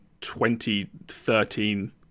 2013